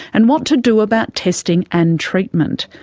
and what to do about testing and treatment.